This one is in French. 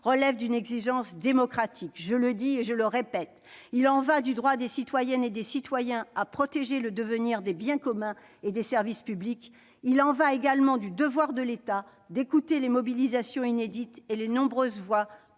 relève d'une exigence démocratique. Il y va du droit des citoyennes et des citoyens à protéger le devenir des biens communs et des services publics. Il y va également du devoir de l'État d'écouter les mobilisations inédites et les nombreuses voix,